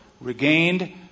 regained